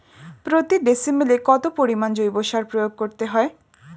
প্রতি ডিসিমেলে কত পরিমাণ জৈব সার প্রয়োগ করতে হয়?